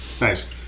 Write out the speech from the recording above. nice